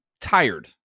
tired